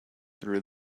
through